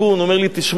הוא אומר לי: תשמע,